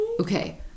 Okay